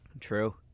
True